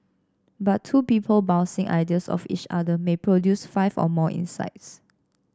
but two people bouncing ideas off each other may produce five or more insights